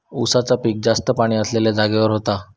उसाचा पिक जास्त पाणी असलेल्या जागेवर होता